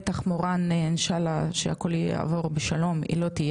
בטח מורן לא תהיה איתנו,